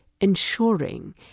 ensuring